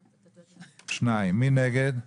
2. מי נגד?